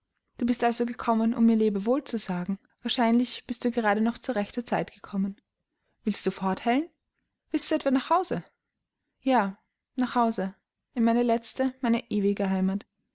du bist also gekommen um mir lebewohl zu sagen wahrscheinlich bist du gerade noch zu rechter zeit gekommen willst du fort helen willst du etwa nach hause ja nach hause in meine letzte meine ewige heimat